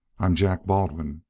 i'm jack baldwin.